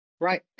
Right